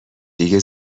دیگه